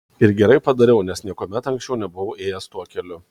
ir gerai padariau nes niekuomet anksčiau nebuvau ėjęs tuo keliu